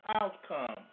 outcome